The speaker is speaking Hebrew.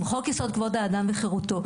עם חוק יסוד: כבוד האדם וחירותו,